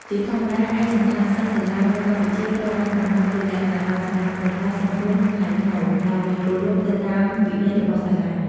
ជាធម្មតា ឯកសណ្ឋានសិស្សសាលានៅកម្ពុជាត្រូវបានកំណត់ជាលក្ខណៈបែបសាមញ្ញ ប៉ុន្តែសមរម្យ និងថ្លៃថ្នូរ ដោយគោរពទៅតាមវិន័យរបស់សាលា។